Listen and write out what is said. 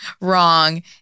wrong